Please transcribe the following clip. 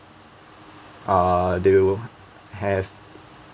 uh they will have